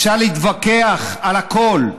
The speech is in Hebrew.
אפשר להתווכח על הכול,